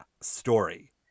story